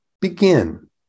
begin